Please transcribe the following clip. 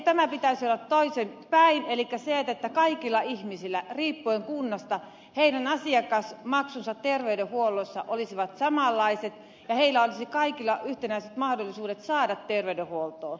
eikö tämän pitäisi olla toisinpäin elikkä niin että riippumatta kunnasta kaikkien ihmisten asiakasmaksut terveydenhuollossa olisivat samanlaiset ja kaikilla olisi yhtenäiset mahdollisuudet saada terveydenhuoltoa